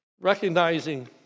Recognizing